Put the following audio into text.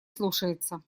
слушается